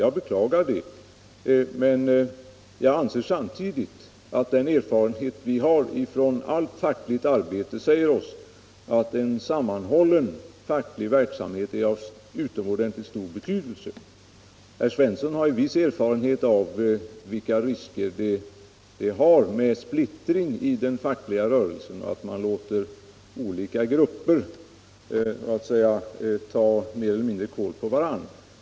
Jag beklagar det, men den erfarenhet vi har från allt fackligt arbete säger oss att en sammanhållen facklig verksamhet är av utomordentligt stor betydelse. 17 Herr Svensson i Malmö har en viss erfarenhet av vilka risker en splittring i den fackliga rörelsen har — att man låter olika grupper mer eller mindre ta kål på varandra.